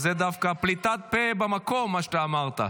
אז זו דווקא פליטת פה במקום, מה שאמרת.